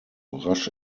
rasch